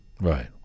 right